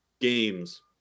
games